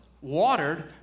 watered